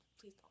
please